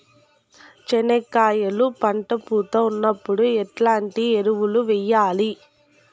చెనక్కాయలు పంట పూత ఉన్నప్పుడు ఎట్లాంటి ఎరువులు వేయలి?